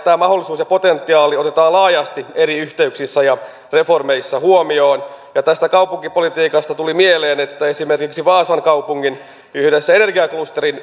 tämä mahdollisuus ja potentiaali otetaan laajasti eri yhteyksissä ja reformeissa huomioon tästä kaupunkipolitiikasta tuli mieleen että esimerkiksi vaasan kaupungin yhdessä energiaklusterin